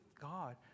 god